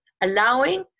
allowing